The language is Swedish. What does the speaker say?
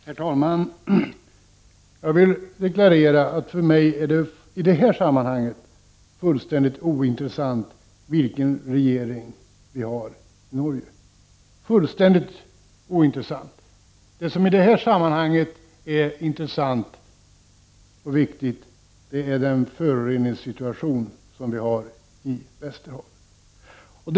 Herr talman! Jag vill deklarera att det i det här sammanhanget är fullständigt ointressant för mig vilken regering man har i Norge. Det som i det här sammanhanget är intressant och viktigt är föroreningssituationen i Västerhavet.